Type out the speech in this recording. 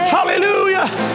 Hallelujah